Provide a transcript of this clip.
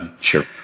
Sure